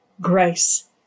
grace